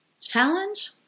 challenge